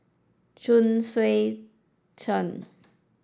Chuang Hui Tsuan